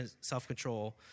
self-control